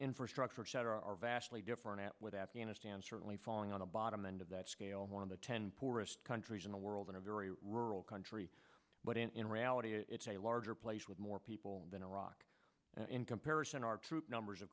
infrastructure etc are vastly different with afghanistan certainly falling on the bottom end of that scale one of the ten poorest countries in the world in a very rural country but in reality it's a larger place with more people than iraq in comparison our troop numbers of